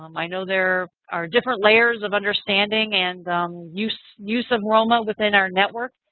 um i know there are different layers of understanding and use use of roma within our network.